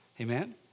Amen